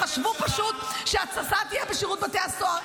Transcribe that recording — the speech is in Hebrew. הם חשבו פשוט שההתססה תהיה בשירות בתי הסוהר.